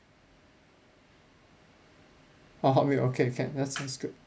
ah hot milk okay can that sounds good